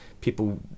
people